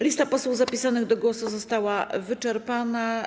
Lista posłów zapisanych do głosu została wyczerpana.